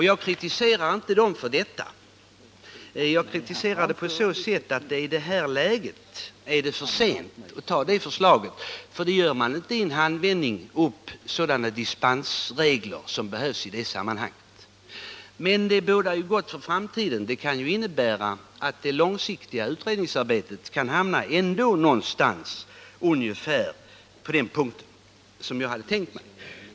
Jag kritiserar inte moderata samlingspartiet för det, men jag kritiserar reservanterna ur den synpunkten att det i det här läget är för sent att anta dessa förslag, för man gör inte i en handvändning upp sådana dispensregler som behövs i detta sammanhang. Men det inträffade bådar ju gott för framtiden. Det kan innebära att det långsiktiga utredningsarbetet ändå kan hamna ungefär vid den punkt som jag hade tänkt mig.